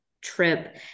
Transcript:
trip